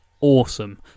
awesome